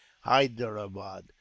hyderabad